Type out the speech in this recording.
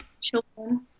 children